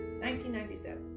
1997